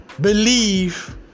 believe